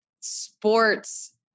sports